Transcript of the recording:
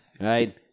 Right